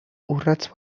urrats